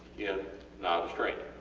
in novice training,